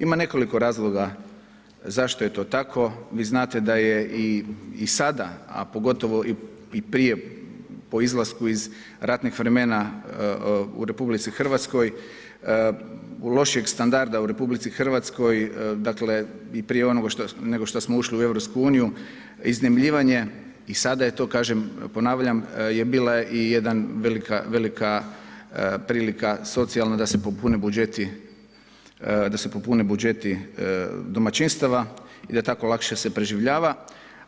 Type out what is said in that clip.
Ima nekoliko razloga zašto je to tako, vi znate da je i sada, a pogotovo i prije po izlasku iz ratnih vremena u RH, u lošijeg standarda u RH, dakle i prije onoga nego što smo ušli u EU, iznajmljivanje i sada je to kažem, ponavljam bila i jedna velika prilika socijalna da se popune budžeti, da se popune budžeti domaćinstava i da tako lakše se preživljava